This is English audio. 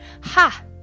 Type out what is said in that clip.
Ha